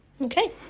Okay